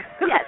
Yes